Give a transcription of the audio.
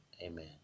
Amen